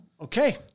Okay